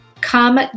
come